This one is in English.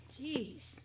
Jeez